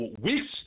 weeks